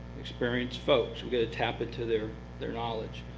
experienced folks. we're going to tap into their their knowledge.